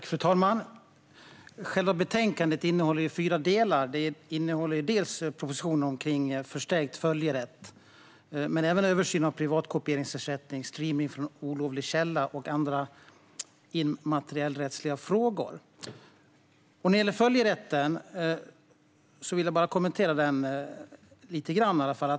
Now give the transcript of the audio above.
Fru talman! Själva betänkandet innehåller fyra delar: propositionen om förstärkt följerätt men även en översyn av privatkopieringsersättning, streamning från olovlig källa och andra immaterialrättsliga frågor. Jag ska kommentera följerätten lite grann.